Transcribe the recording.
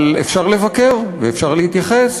אבל אפשר לבקר ואפשר להתייחס,